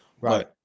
Right